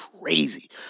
crazy